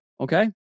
Okay